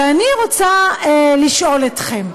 ואני רוצה לשאול אתכם: